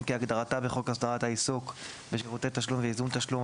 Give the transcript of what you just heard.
כהגדרתה בחוק הסדרת העיסוק בשירותי תשלום וייזום תשלום,